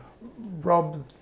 rob